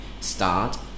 start